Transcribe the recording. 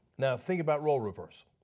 yeah think about role reversal.